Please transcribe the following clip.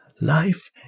Life